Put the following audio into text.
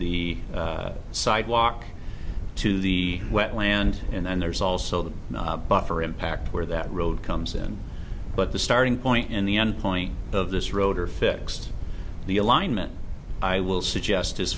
the sidewalk to the wetland and then there's also the buffer impact where that road comes in but the starting point and the end point of this road are fixed the alignment i will suggest is